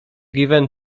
given